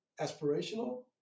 aspirational